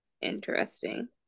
Interesting